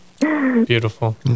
Beautiful